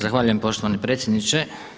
Zahvaljujem poštovani predsjedniče.